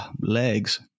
legs